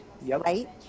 right